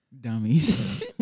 dummies